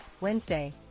Wednesday